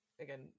again